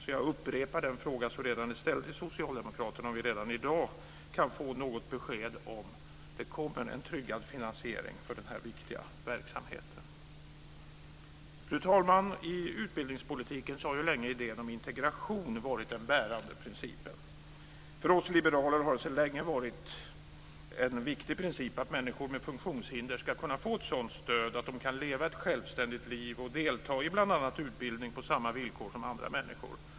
Därför upprepar jag redan ställd fråga till socialdemokraterna, nämligen om vi redan i dag kan få ett besked om det kommer en tryggad finansiering för den här viktiga verksamheten. Fru talman! I utbildningspolitiken har länge idén om integration varit den bärande principen. För oss liberaler har det sedan länge varit en viktig princip att människor med funktionshinder ska kunna få ett sådant stöd att de kan leva ett självständigt liv och delta i bl.a. utbildning på samma villkor som andra människor.